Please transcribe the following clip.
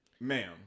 ma'am